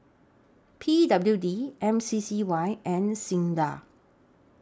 P W D M C C Y and SINDA